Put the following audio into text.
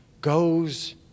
goes